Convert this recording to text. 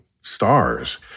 stars